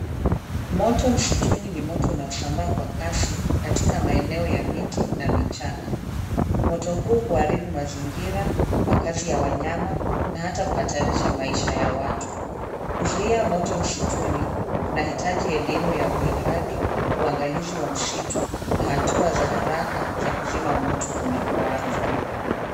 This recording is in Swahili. Moto msituni ni moto unaosambaa kwa kasi katika maeneo ya miti na vichaka. Moto huu huharibu mazingira, makaazi ya wanyama na kuhatarisha maisha ya watu. Kuzuia moto msituni kunahitaji elimu ya huhifadhi, uangalizi wa msitu na hatua za haraka za kuzima moto unapoanza.